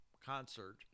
concert